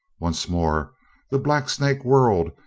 once more the blacksnake whirled,